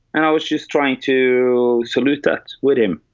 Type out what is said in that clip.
and i was just trying to salute that with him.